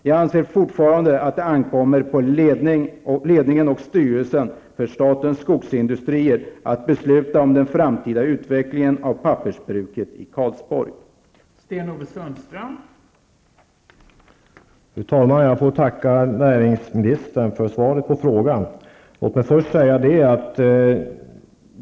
Jag anser fortfarande att det ankommer på ledningen och styrelsen för AB Statens Skogsindustrier att besluta om den framtida utvecklingen av pappersbruket i Karlsborg. Då Mona Sahlin, som framställt frågan, anmält att hon var förhindrad att närvara vid sammanträdet, medgav talmannen att Sten-Ove Sundström i stället fick delta i överläggningen.